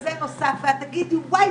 כזה נוסף ותגידו: וויי,